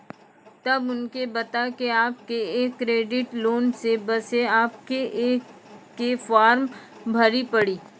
तब उनके बता के आपके के एक क्रेडिट लोन ले बसे आपके के फॉर्म भरी पड़ी?